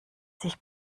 sich